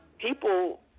people